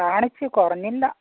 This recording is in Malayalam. കാണിച്ചു കുറഞ്ഞില്ല